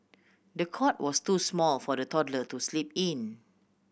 the cot was too small for the toddler to sleep in